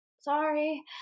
sorry